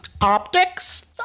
optics